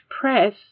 press